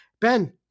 Ben